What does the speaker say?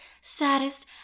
saddest